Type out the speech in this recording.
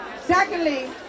Secondly